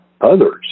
others